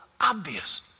obvious